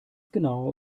genau